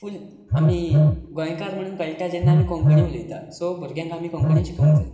फूल आमी गोंयकार म्हणून कळटा जेन्ना आमी कोंकणी उलयतां सो भुरग्यांक आमी कोंकणी शिकोवंक जाय